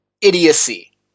idiocy